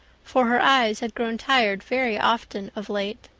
for her eyes had grown tired very often of late.